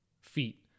feet